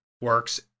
works